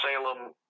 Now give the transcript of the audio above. Salem